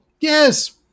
Yes